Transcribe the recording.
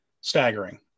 staggering